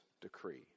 decree